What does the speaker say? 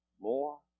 more